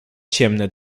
ciemne